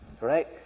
Right